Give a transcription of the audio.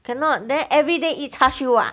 cannot then everyday eat char siew ah